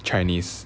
chinese